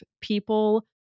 people